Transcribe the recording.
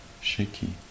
shaky